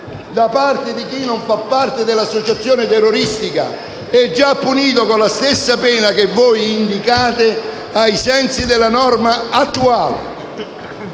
da parte di chi non fa parte dell'associazione terroristica è già punito con la stessa pena che voi indicate ai sensi della norma attuale.